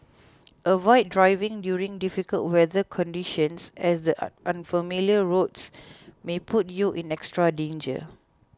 avoid driving during difficult weather conditions as the unfamiliar roads may put you in extra danger